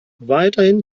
weiterhin